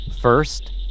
First